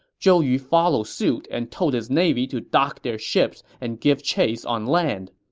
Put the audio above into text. zhou yu followed suit and told his navy to dock their ships and give chase on land.